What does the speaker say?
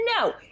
no